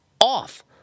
off